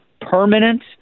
permanent